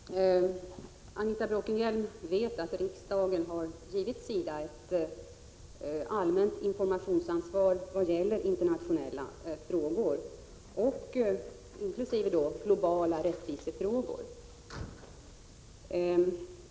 Herr talman! Anita Bråkenhielm vet att riksdagen har gett SIDA ett allmänt informationsansvar vad gäller internationella frågor inkl. globala rättvisefrågor.